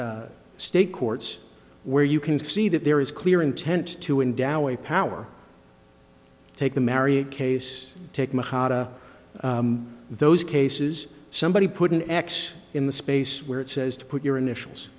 state courts where you can see that there is clear intent to endow a power take the marriott case take those cases somebody put an x in the space where it says to put your initials